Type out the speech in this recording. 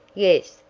yes,